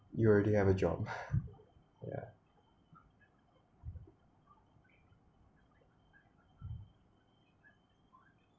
you already have a job yeah